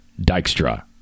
dykstra